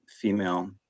female